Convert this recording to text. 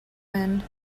bend